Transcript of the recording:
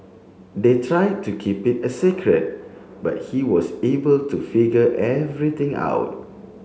they try to keep it a secret but he was able to figure everything out